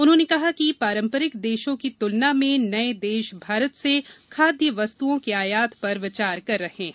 उन्होंने कहा कि पारम्परिक देशों की तुलना में नए देश भारत से खाद्य वस्तुओं के आयात पर विचार कर रहे हैं